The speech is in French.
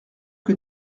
que